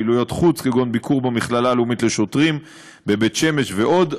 פעילויות חוץ כגון ביקור במכללה הלאומית לשוטרים בבית-שמש ועוד.